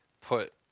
put